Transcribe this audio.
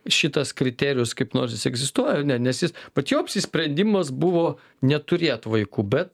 šitas kriterijus kaip nors jis egzistuoja ne nes jis vat jo apsisprendimas buvo neturėt vaikų bet